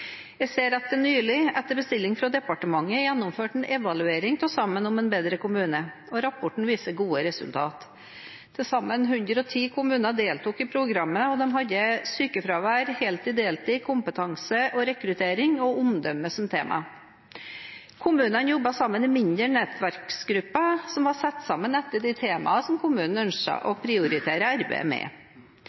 Jeg ser at det nylig, etter bestilling fra departementet, ble gjennomført en evaluering av «Sammen om en bedre kommune», og rapporten viser gode resultat. Til sammen 110 kommuner deltok i programmet, og de hadde sykefravær, heltid, deltid, kompetanse, rekruttering og omdømme som tema. Kommunene jobbet sammen i mindre nettverksgrupper, som var satt sammen etter de temaene som kommunen ønsket å prioritere å arbeide med.